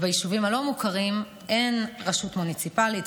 ביישובים הלא-מוכרים אין רשות מוניציפלית.